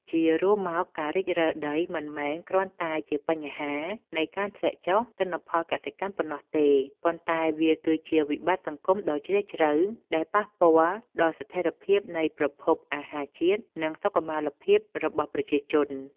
ជារួមមក ការរិចរឹលដីមិនមែនគ្រាន់តែជាបញ្ហានៃការធ្លាក់ចុះទិន្នផលកសិកម្មប៉ុណ្ណោះទេ ប៉ុន្តែវាគឺជាវិបត្តិសង្គមដ៏ជ្រាលជ្រៅដែលប៉ះពាល់ដល់ស្ថិរភាពនៃប្រភពអាហារជាតិ និងសុខុមាលភាពរបស់ប្រជាជន។